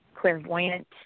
clairvoyant